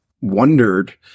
wondered